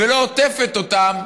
ולא עוטפת אותם?